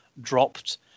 dropped